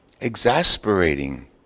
exasperating